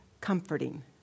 comforting